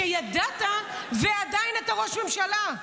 שידעת ועדיין אתה ראש ממשלה?